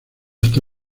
está